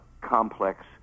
complex